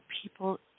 people